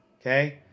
okay